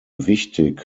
wichtig